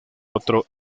otro